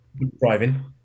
Driving